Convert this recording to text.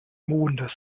mondes